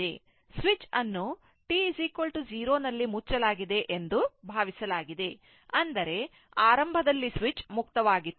switch ಅನ್ನು t 0 ನಲ್ಲಿ ಮುಚ್ಚಲಾಗಿದೆ ಎಂದು ಭಾವಿಸಲಾಗಿದೆ ಅಂದರೆ ಆರಂಭದಲ್ಲಿ ಸ್ವಿಚ್ ಮುಕ್ತವಾಗಿತ್ತು